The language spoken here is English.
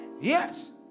Yes